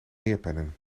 neerpennen